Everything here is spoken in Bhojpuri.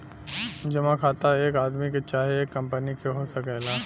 जमा खाता एक आदमी के चाहे एक कंपनी के हो सकेला